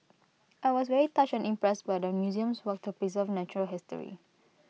I was very touched and impressed by the museum's work to preserve natural history